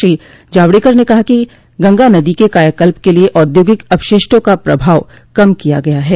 श्री जावड़ेकर ने कहा गंगा नदी के कायाकल्प के लिये औद्योगिक अपशिष्टों का प्रभाव कम किया गया है